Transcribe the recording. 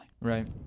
Right